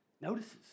notices